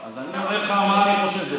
אז אני אומר לך מה אני חושב.